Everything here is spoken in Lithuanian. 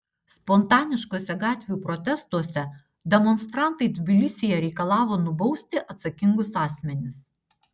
spontaniškuose gatvių protestuose demonstrantai tbilisyje reikalavo nubausti atsakingus asmenis